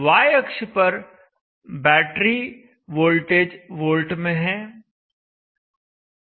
y अक्ष पर battery voltage volt में है